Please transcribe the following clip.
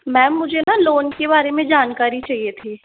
ma'am मुझे ना loan के बारे में जानकारी चाहिए थी